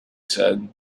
said